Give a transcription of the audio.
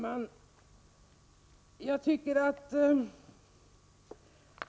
Herr talman!